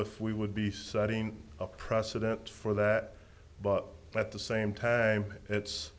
if we would be setting a precedent for that but at the same time it's